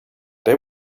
they